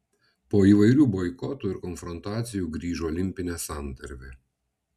po įvairių boikotų ir konfrontacijų grįžo olimpinė santarvė